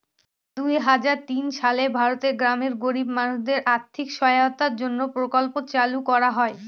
দুই হাজার তিন সালে ভারতের গ্রামের গরিব মানুষদের আর্থিক সহায়তার জন্য প্রকল্প চালু করা হয়